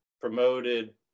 promoted